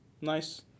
nice